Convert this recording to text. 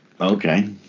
Okay